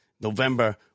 November